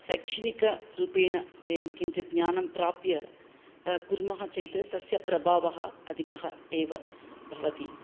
शैक्षणिकरूपेण वयं किञ्चित् ज्ञानं प्राप्य कुर्मः चेत् तस्य प्रभावः अधिकः एव भवति